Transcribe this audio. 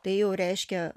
tai jau reiškia